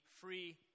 free